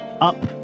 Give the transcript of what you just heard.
up